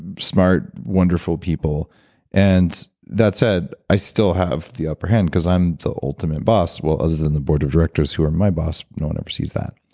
smart, wonderful people and that said, i still have the upper hand because i'm the ultimate boss. well, other than the board of directors who are my boss, no one ever sees that.